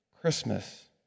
Christmas